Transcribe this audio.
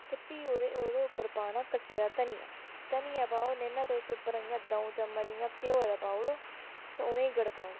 ते फ्ही ओह्दे उप्पर पाना कट्टे दा धनियां धनियां पाओ नेईं न तुस उप्पर इ'यां द'ऊं चम्मच इयां घयौऐ दे पाउड़ो ते उनें गड़काओ